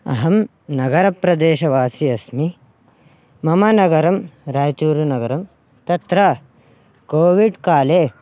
अहं नगरप्रदेशवासी अस्मि मम नगरं राय्चूरुनगरं तत्र कोविड्काले